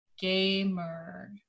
gamer